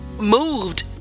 moved